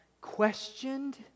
questioned